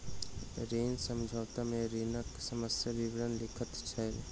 ऋण समझौता में ऋणक समस्त विवरण लिखल छल